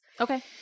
Okay